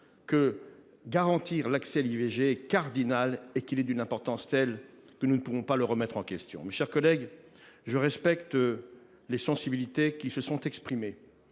que garantir l’accès à l’IVG est cardinal et d’une importance telle qu’il ne pourra pas être remis en question. Mes chers collègues, je respecte les sensibilités qui se sont exprimées